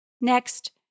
Next